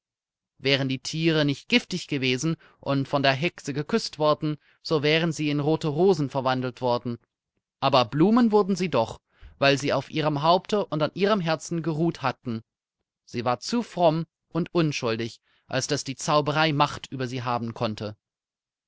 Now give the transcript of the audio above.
wären die tiere nicht giftig gewesen und von der hexe geküßt worden so wären sie in rote rosen verwandelt worden aber blumen wurden sie doch weil sie auf ihrem haupte und an ihrem herzen geruht hatten sie war zu fromm und unschuldig als daß die zauberei macht über sie haben konnte